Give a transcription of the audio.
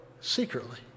secretly